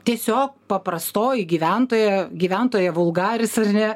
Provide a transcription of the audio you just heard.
tiesiog paprastoji gyventoja gyventoja vulgaris ar ne